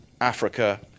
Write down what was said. Africa